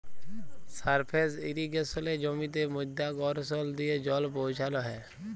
surface ইরিগেসলে জমিতে মধ্যাকরসল দিয়ে জল পৌঁছাল হ্যয়